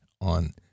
on